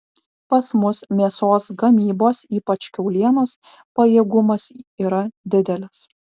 pas mus mėsos gamybos ypač kiaulienos pajėgumas yra didelis